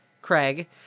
Craig